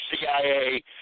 CIA